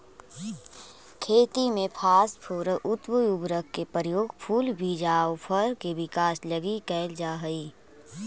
खेती में फास्फोरस युक्त उर्वरक के प्रयोग फूल, बीज आउ फल के विकास लगी कैल जा हइ